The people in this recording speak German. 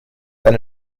eine